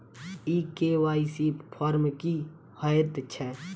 ई KYC form की हएत छै?